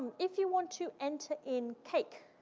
if you want to enter in cake,